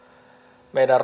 meidän